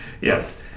Yes